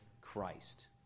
Christ